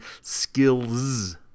skills